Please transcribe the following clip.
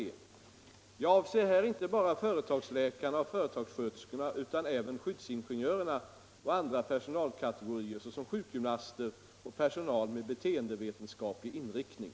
Jag avser här inte bara företagsläkarna och företagssköterskorna utan även skyddsingenjörerna och andra personalkategorier såsom sjukgymnaster och personal med beteendevetenskaplig inriktning.